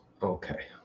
Okay